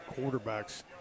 quarterbacks